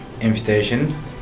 invitation